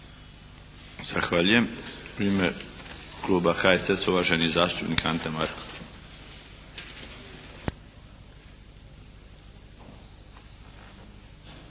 Zahvaljujem. U ime kluba HSS-a, uvaženi zastupnik Ante Markov.